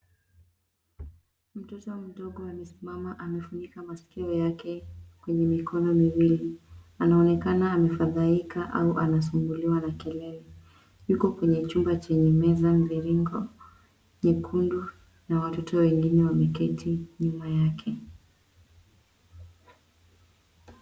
Mtoto mdogo amesimama, amefunika masikio yake kwenye mikono miwili. Anaonekana amefadhaika au anasumbuliwa na kelele. Yuko kwenye chumba chenye meza ya mviringo nyekundu na watoto wengine wameketi nyuma yake.